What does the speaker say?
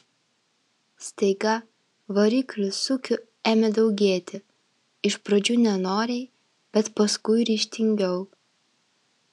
staiga variklių sūkių ėmė daugėti iš pradžių nenoriai bet paskui ryžtingiau